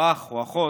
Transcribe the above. או אח או אחות,